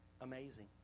amazing